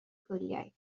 gwyliau